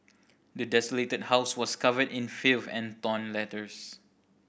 the desolated house was covered in filth and torn letters